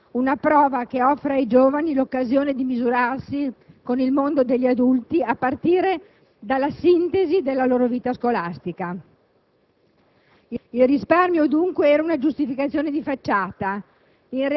decostruendo un passaggio codificato nell'immaginario collettivo come prova che offre ai giovani l'occasione di misurarsi con il mondo degli adulti a partire dalla sintesi della loro vita scolastica.